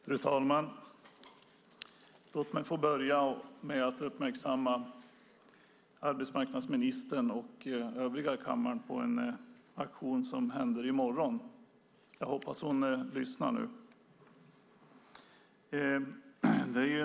Fru talman! Låt mig få börja med att uppmärksamma arbetsmarknadsministern och övriga i kammaren på en aktion som sker i morgon. Jag hoppas att hon lyssnar nu.